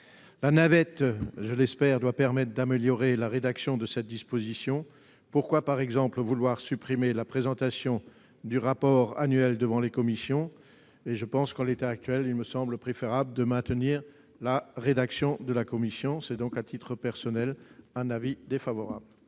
La navette permettra, je l'espère, d'améliorer la rédaction de cette disposition. Pourquoi, par exemple, vouloir supprimer la présentation du rapport annuel devant les commissions ? En l'état actuel des choses, il me semble préférable de maintenir la rédaction de la commission. C'est pourquoi, à titre personnel, je suis défavorable